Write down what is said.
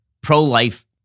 pro-life